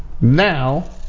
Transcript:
Now